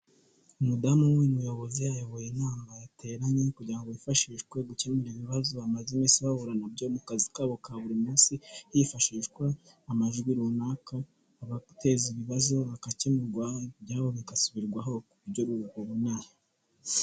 Umudamu wu muyobozi, ayoboye inama yateranye kugira ngo bifashishwe gukemura ibibazo bamaze iminsi bahura nabyo mu kazi kabo ka buri munsi, hifashishwa amajwi runaka, abateza ibibazo bagakemurwa, ibyabo bigasubirwaho ku buryo bu buboneye.